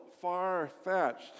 far-fetched